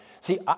See